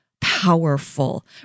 powerful